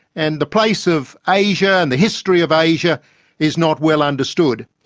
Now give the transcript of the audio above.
and the place of asia and the history of asia is not well understood.